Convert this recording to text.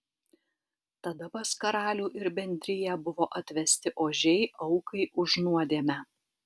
tada pas karalių ir bendriją buvo atvesti ožiai aukai už nuodėmę